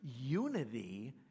unity